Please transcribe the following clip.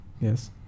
yes